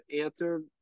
answer